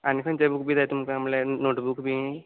आनी खंयचे बूक बी जाय तुमकां म्हणल्या नोटबूक बी